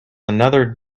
another